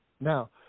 Now